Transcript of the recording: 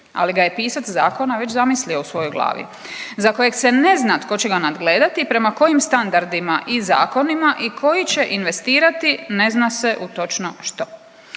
ali ga je pisac zakona već zamislio u svojoj glavi, za kojeg se ne zna tko će ga nadgledati i prema kojim standardima i zakonima i koji će investirati ne zna se u točno što.